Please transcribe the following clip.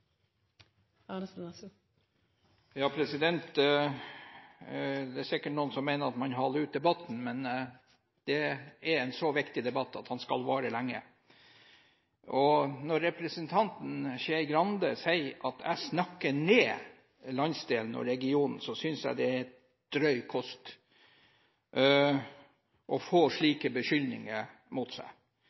sikkert noen som mener at man haler ut debatten, men det er en så viktig debatt at den skal vare lenge. Når representanten Skei Grande sier at jeg snakker ned landsdelen og regionen, synes jeg det er drøy kost å få slike beskyldninger mot seg.